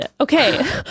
Okay